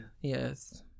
Yes